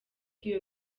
iyo